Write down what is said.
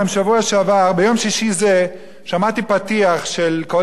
ביום שישי זה שמעתי פתיח של "קול ישראל" ולפני שאני